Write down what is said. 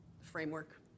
framework